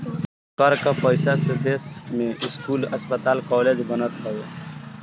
कर कअ पईसा से देस में स्कूल, अस्पताल कालेज बनत हवे